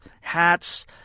hats